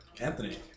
Anthony